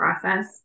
process